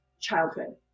childhood